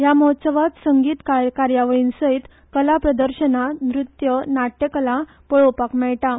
या महोत्सवात संगीत कार्यावळींसयत कला प्रदर्शना नृत्य नाट्यकला पळोवपाक मेळटा